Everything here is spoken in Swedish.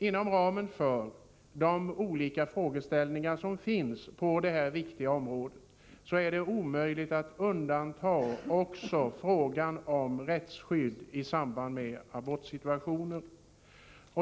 Inom ramen för de olika frågeställningar som finns på detta viktiga område är det enligt min mening omöjligt att undanta frågan om rättsskydd i samband med abortsituationen.